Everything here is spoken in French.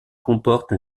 comporte